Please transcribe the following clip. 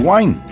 Wine